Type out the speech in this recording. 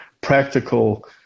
practical